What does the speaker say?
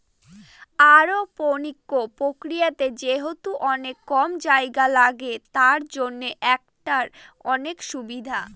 aeroponics প্রক্রিয়াতে যেহেতু অনেক কম জায়গা লাগে, তার জন্য এটার অনেক সুবিধা